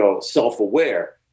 self-aware